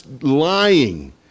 lying